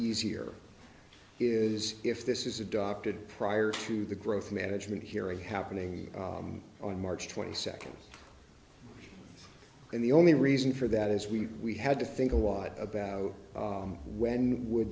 easier is if this is adopted prior to the growth management hearing happening on march twenty second and the only reason for that is we we had to think a lot about when w